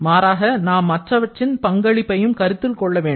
மாறாக நாம் மற்றவற்றின் பங்களிப்பையும் கருத்தில் கொள்ள வேண்டும்